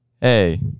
Hey